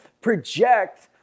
project